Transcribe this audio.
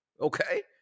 Okay